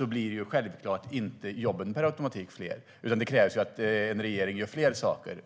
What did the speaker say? blir jobben självklart inte per automatik fler, utan det krävs att en regering gör fler saker.